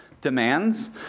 demands